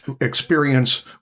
experience